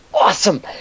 awesome